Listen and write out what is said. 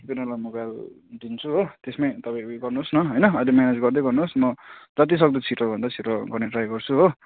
किप्याडवाला mobile दिन्छु हो त्यसमै तपाईँ उयो गर्नुहोस् न होइन अहिले म्यानेज गर्दै गर्नुहोस् म जतिसक्दो छिटोभन्दा छिटो गर्ने ट्राई गर्छु हो